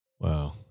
Wow